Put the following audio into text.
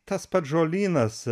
tas pats žolynas